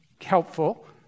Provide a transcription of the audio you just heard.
helpful